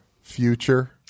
future